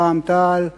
רע"ם-תע"ל וחד"ש.